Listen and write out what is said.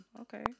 Okay